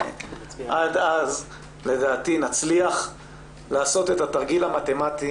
עד אז לדעתי נצליח לעשות את התרגיל המתמטי